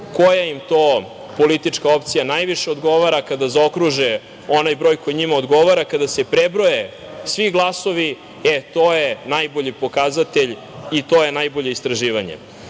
koja im to politička opcija najviše odgovara kada zaokruže onaj broj koji njima odgovora, kada se prebroje svi glasovi, e to je najbolji pokazatelj i to je najbolje istraživanje. Poslanička